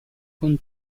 con